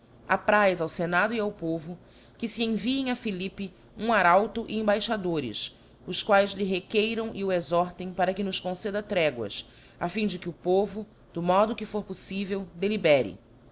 apraz ao fenado e ao povo que fe enviem a philippe um arauto e embaixadores os quaes lhe requeiram e o exhortem para que nos conceda tréguas a fim de que o povo do modo que for poflivel delibere